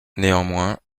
néanmoins